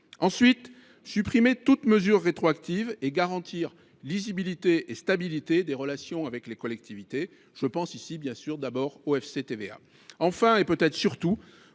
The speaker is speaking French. Ensuite, supprimer toute mesure rétroactive et garantir lisibilité et stabilité des relations avec les collectivités ; je pense évidemment d’abord au FCTVA. Enfin, et peut être surtout,